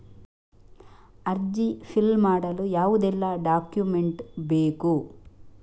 ಅರ್ಜಿ ಫಿಲ್ ಮಾಡಲು ಯಾವುದೆಲ್ಲ ಡಾಕ್ಯುಮೆಂಟ್ ಬೇಕು?